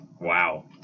Wow